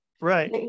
Right